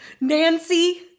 nancy